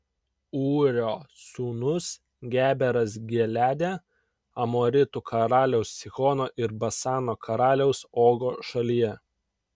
ūrio sūnus geberas gileade amoritų karaliaus sihono ir basano karaliaus ogo šalyje